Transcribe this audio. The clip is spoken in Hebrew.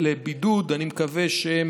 אני מקווה שהם